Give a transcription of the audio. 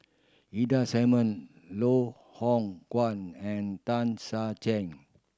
Ida Simmon Loh Hoong Kwan and Tan Ser Chen